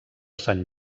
sant